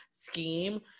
scheme